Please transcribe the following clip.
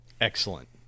Excellent